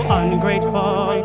ungrateful